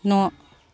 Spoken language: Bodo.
न'